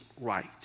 right